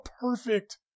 perfect